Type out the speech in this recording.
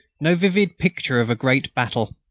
no vivid picture of a great battle.